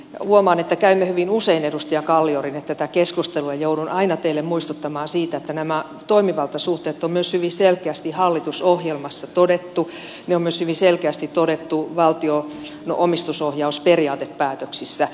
eli huomaan että käymme hyvin usein edustaja kalliorinne tätä keskustelua joudun aina teitä muistuttamaan siitä että nämä toimivaltasuhteet on myös hyvin selkeästi hallitusohjelmassa todettu ne on myös hyvin selkeästi todettu valtion omistajaohjauksen periaatepäätöksissä